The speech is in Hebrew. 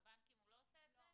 בבנקים הוא לא עושה את זה?